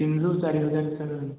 ତିନିରୁ ଚାରି ହଜାର ଭିତରେ ରହିବ